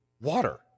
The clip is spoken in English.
water